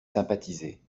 sympathisé